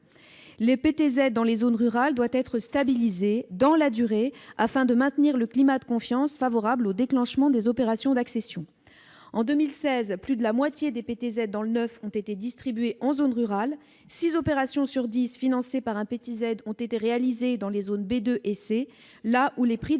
zéro dans les zones rurales doit être stabilisé sur la durée afin de maintenir le climat de confiance favorable au déclenchement des opérations d'accession. En 2016, plus de la moitié des prêts à taux zéro dans le neuf ont été distribués en zone rurale. Six opérations sur dix financées par un prêt à taux zéro ont été réalisées dans les zones B2 et C, là où les prix de